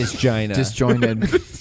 disjointed